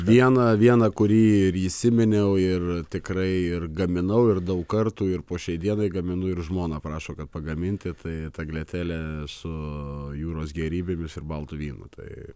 vieną vieną kurį įsiminiau ir tikrai ir gaminau ir daug kartų ir po šiai dienai gaminu ir žmona prašo kad pagaminti tai tagletelę su jūros gėrybėmis ir baltu vynu tai